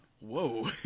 Whoa